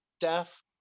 death